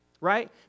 right